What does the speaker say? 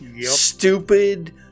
stupid